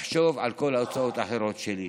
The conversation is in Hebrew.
תחשוב על כל ההוצאות האחרות שלי.